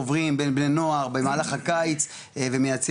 עוברים בין בני נוער במהלך הקיץ ומייצרים